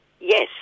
Yes